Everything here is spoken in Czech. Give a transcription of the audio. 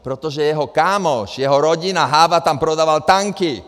Protože jeho kámoš, jeho rodina, Háva tam prodával tanky!